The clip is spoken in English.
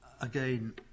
again